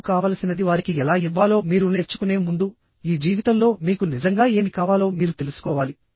మీకు కావలసినది వారికి ఎలా ఇవ్వాలో మీరు నేర్చుకునే ముందు ఈ జీవితంలో మీకు నిజంగా ఏమి కావాలో మీరు తెలుసుకోవాలి